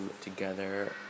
together